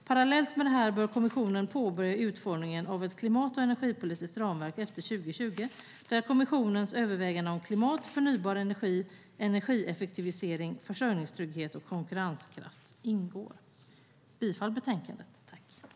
Parallellt med detta bör kommissionen påbörja utformningen av ett klimat och energipolitiskt ramverk efter 2020 där kommissionens överväganden om klimat, förnybar energi, energieffektivisering, försörjningstrygghet och konkurrenskraft ingår. Jag yrkar bifall till utskottets förslag i betänkandet.